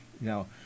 Now